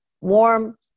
warm